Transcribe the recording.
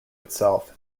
itself